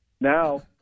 Now